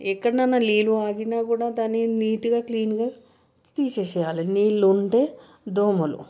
ఎక్కడైనా నీళ్ళు ఆగినా కూడా దాన్ని నీట్గా క్లీన్గా తీసేసేయాలి నీళ్ళు ఉంటే దోమలు